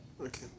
Okay